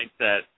mindset